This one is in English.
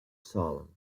salem